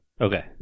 Okay